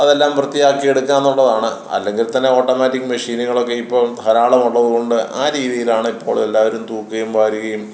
അതെല്ലാം വൃത്തിയാക്കിയെടുക്കുക എന്നുള്ളതാണ് അല്ലങ്കിൽ തന്നെ ഓട്ടോമാറ്റിക്ക് മെഷീനുകളൊക്കെയും ഇപ്പോള് ധാരാളം ഉള്ളതുകൊണ്ട് ആ രീതിയിലാണിപ്പോളെല്ലാവരും തൂക്കുകയും വാരുകയും